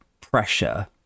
pressure